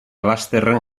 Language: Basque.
lasterren